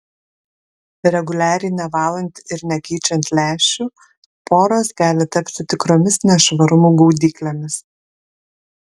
reguliariai nevalant ir nekeičiant lęšių poros gali tapti tikromis nešvarumų gaudyklėmis